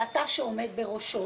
ואתה שעומד בראשו.